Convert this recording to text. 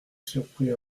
surpris